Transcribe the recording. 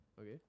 Okay